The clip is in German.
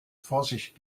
vorsicht